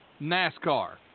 NASCAR